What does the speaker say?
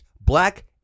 black